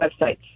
websites